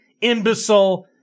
imbecile